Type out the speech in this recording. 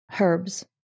Herbs